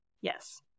Yes